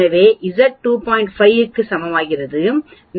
5 க்கு சமம்